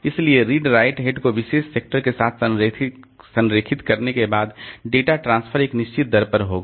इसलिए read write head को विशेष सेक्टर के साथ संरेखित करने के बाद डेटा ट्रांसफर एक निश्चित दर पर होगा